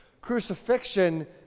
Crucifixion